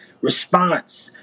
response